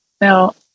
Now